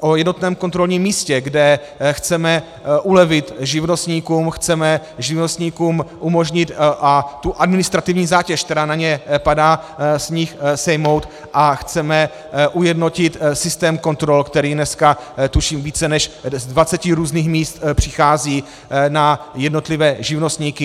o jednotném kontrolním místě, kde chceme ulevit živnostníkům, chceme živnostníkům umožnit, tu administrativní zátěž, která na ně padá, z nich sejmout a chceme ujednotit systém kontrol, který dnes, tuším, z více než dvaceti různých míst přichází na jednotlivé živnostníky.